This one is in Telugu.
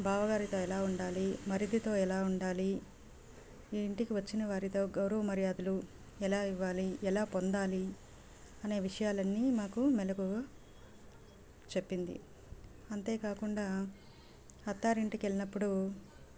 బావగారితో ఎలా ఉండాలి మరిదితో ఎలా ఉండాలి ఇంటికి వచ్చిన వారితో గౌరవ మర్యాదలు ఎలా ఇవ్వాలి ఎలా పొందాలి అనే విషయాలన్నీ నాకు మెలకువగా చెప్పింది అంతే కాకుండా అత్తారింటికి వెళ్ళినప్పుడు